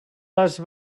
les